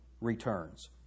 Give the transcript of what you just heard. returns